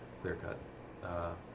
clear-cut